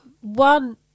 One